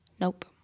Nope